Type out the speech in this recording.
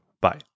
bye